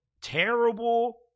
terrible